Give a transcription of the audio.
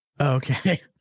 Okay